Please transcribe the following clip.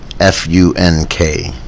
F-U-N-K